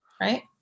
right